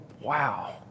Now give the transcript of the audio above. wow